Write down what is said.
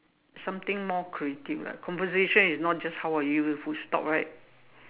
something more creative lah conversation is not just how are you full stop right